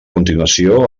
continuació